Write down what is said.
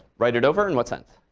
write it over? in what sense?